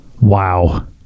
wow